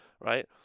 Right